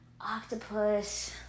octopus